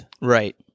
right